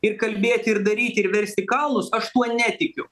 ir kalbėti ir daryti ir versti kalnus aš tuo netikiu